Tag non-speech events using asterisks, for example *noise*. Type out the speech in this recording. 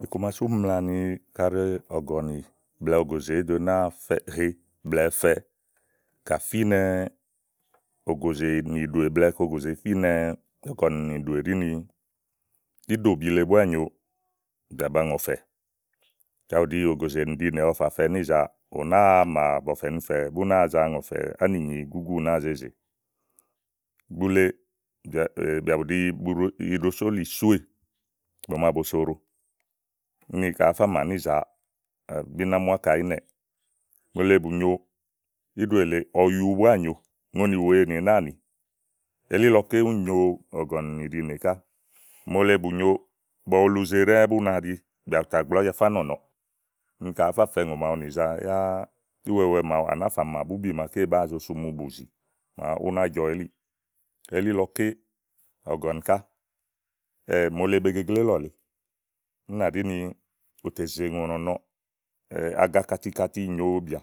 iku ma sú úni mla ni kaɖi ɔ̀gɔ̀nì blɛ̀ɛ ògòzè èé ɖo nàáa fɛ, he blɛ̀ɛ fɛ ògòzè, ká fínɛ ògòzè nìɖòè, blɛ̀ɛ kɔ ògòzè e fínɛ ɔ̀gɔ̀nì nìɖòè ɖí ni. íɖòbi le búá nyòo, bìà ba ŋɔ̀fɛ, kaɖi ògòzè nìɖinè ɔwɔ fà fɛ nízàa ùnàáa mà bɔ̀fɛ̀nifɛ bú náa za ŋɔ̀fɛ̀ áni nyi gúgú nàáa ze zè bule, bìà *hesitation* bù tè bìà bù ɖi iɖosólì sóè mò màa bosoɖo, úni kaɖi ùú fa mà níìza, *hesitation* bí ná mu ákà ínɛ̀ɛ̀ mòole bù nyo íɖòè lèe ɔyu búá nyòo ùŋonì wèe nì náàni elílɔké úni nyo ɔ̀gɔ̀nì nìɖinè ká. mòole bù nyo bɔwuluze ɖɛ̀ɛ́ bú na ɖi bìà bù tè gblɔ̀ Ájafá nɔnɔɔ̀ úni kaɖi àá fa fɛ̀ɛ ùŋò màaɖu nìza yáá, íwɛwɛ màaɖu à nàáa fa mà bubì màaké bàáa zo súmu bùzi màa ú ná jɔ elíì elílɔké, ɔ̀gɔ̀nì ká *hesitation* mòole be gegle ílɔ̀lèe, ú nà ɖi ni ù tè zè ùŋò nɔnɔɔ̀ *hesitation* agakatikati nyòobìà.